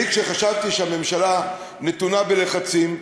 אני כשחשבתי שהממשלה נתונה בלחצים,